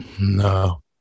No